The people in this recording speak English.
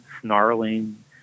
snarling